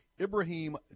Ibrahim